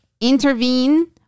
intervene